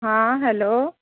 हँ हैलो